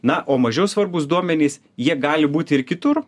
na o mažiau svarbūs duomenys jie gali būt ir kitur